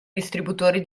distributori